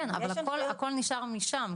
כן, אבל הכל נשאר משם.